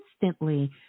instantly